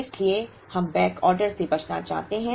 इसलिए हम बैकऑर्डर से बचना चाहते हैं